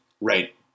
Right